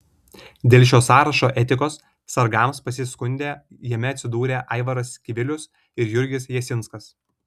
dėl šio sąrašo etikos sargams pasiskundė jame atsidūrę aivaras kivilius ir jurgis jasinskas